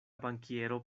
bankiero